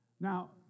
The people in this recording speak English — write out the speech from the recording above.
Now